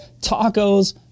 Tacos